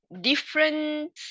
different